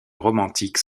romantique